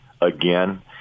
again